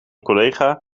collega